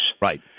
Right